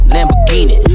Lamborghini